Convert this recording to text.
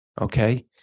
Okay